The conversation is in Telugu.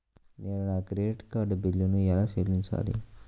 నేను నా క్రెడిట్ కార్డ్ బిల్లును ఎలా చెల్లించాలీ?